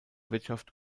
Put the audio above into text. wirtschaft